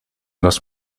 los